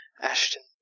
Ashton